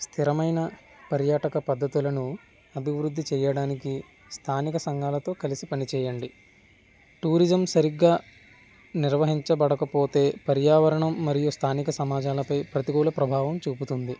స్థిరమైన పర్యాటక పద్ధతులను అభివృద్ధి చేయడానికి స్థానిక సంఘాలతో కలిసి పని చేయండి టూరిజం సరిగ్గా నిర్వహించబడకపోతే పర్యావరణం మరియు స్థానిక సమాజాలపై ప్రతికూల ప్రభావం చూపుతుంది